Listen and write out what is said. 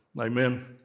Amen